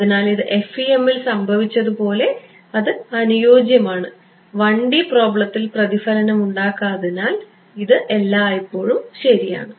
അതിനാൽ ഇത് FEM ൽ സംഭവിച്ചതുപോലെ അത് അനുയോജ്യമാണ് 1 D പ്രോബ്ലത്തിൽ പ്രതിഫലനം ഉണ്ടാകാത്തതിനാൽ ഇത് എല്ലായ്പ്പോഴും ശരിയാണ്